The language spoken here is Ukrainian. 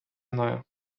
мною